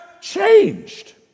changed